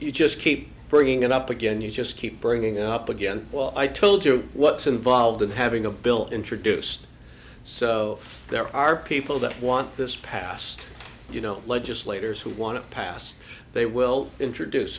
you just keep bringing it up again you just keep bringing up again well i told you what's involved in having a bill introduced so there are people that want this passed you know legislators who want to pass they will introduce